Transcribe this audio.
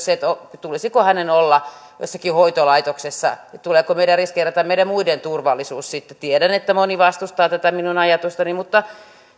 se että tulisiko hänen olla jossakin hoitolaitoksessa tuleeko meidän riskeerata meidän muiden turvallisuus tiedän että moni vastustaa tätä minun ajatustani mutta